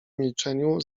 milczeniu